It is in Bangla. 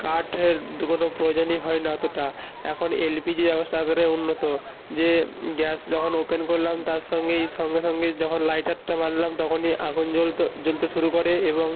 কাঠের তো কোনো প্রয়োজনই হয় না অতোটা এখন এলপিজি ব্যবস্থা এতোটাই উন্নত যে গ্যাস যখন ওপেন করলাম তার সঙ্গেই সঙ্গে সঙ্গেই যখন লাইটারটা মারলাম তখনই আগুন জ্বলতো জ্বলতে শুরু করে এবং